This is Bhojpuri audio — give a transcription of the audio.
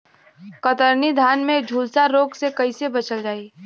कतरनी धान में झुलसा रोग से कइसे बचल जाई?